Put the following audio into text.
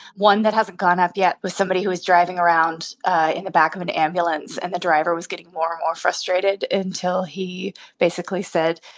one that hasn't gone up yet was somebody who was driving around in the back of an ambulance, and the driver was getting more or frustrated until he basically said,